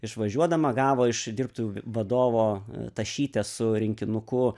išvažiuodama gavo iš dirbtuvių vadovo tašytę su rinkinuku